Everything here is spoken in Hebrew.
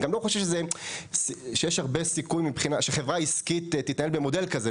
אני גם לא חושב שיש הרבה סיכון לכך שחברה עסקית תתנהל במודל כזה,